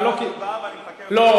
אבל לא, זו הוצאת דיבה, ואני מחכה, לא.